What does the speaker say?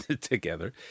together